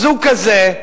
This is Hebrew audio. זוג כזה,